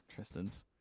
Tristans